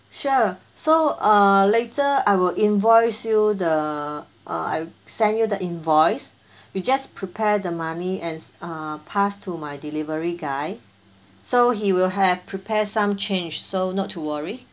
sure so err later I will invoice you the uh I'll send you the invoice you just prepare the money and s~ uh pass to my delivery guy so he will have prepare some change so not to worry